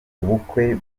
ubukwe